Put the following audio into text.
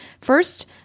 First